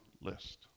list